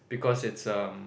because it's erm